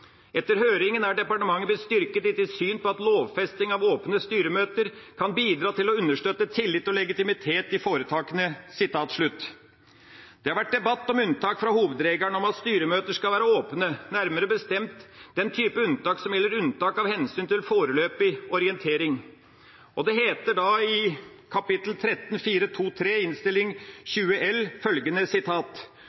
Etter høringen er departementet blitt styrket i sitt syn på at lovfesting av åpne styremøter kan bidra til å understøtte tillit og legitimitet i foretakene.» Det har vært debatt om unntak fra hovedregelen om at styremøter skal være åpne, nærmere bestemt den type unntak som gjelder av omsyn til foreløpig orientering. Det heter i kapittel 13.4.2.3 i Innst. 20 L for 2011–2012 følgende: